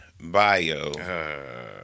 bio